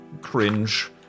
cringe